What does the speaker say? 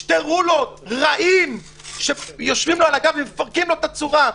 שני רולות רעים שיושבים לו על הגב ומפרקים לו את הצורה.